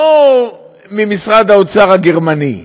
לא ממשרד האוצר הגרמני,